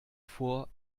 vor